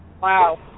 Wow